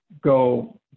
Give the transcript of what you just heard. go